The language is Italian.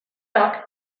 rock